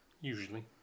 Usually